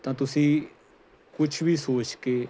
ਤਾਂ ਤੁਸੀਂ ਕੁਛ ਵੀ ਸੋਚ ਕੇ